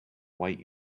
white